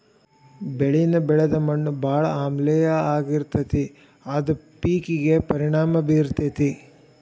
ಬೆಳಿನ ಬೆಳದ ಮಣ್ಣು ಬಾಳ ಆಮ್ಲೇಯ ಆಗಿರತತಿ ಅದ ಪೇಕಿಗೆ ಪರಿಣಾಮಾ ಬೇರತತಿ